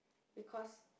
because